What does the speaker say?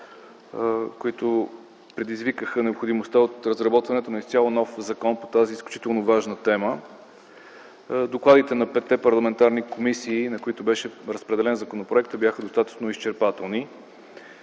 които предизвикаха необходимостта от разработването на изцяло нов закон по тази изключително важна тема. Докладите на петте парламентарни комисии, на които беше разпределен законопроектът, бяха достатъчно изчерпателни.